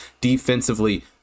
defensively